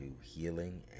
Healing